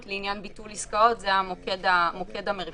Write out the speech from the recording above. לעניין ביטול עסקאות זה המוקד המרכזי.